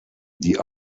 die